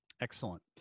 Excellent